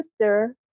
sister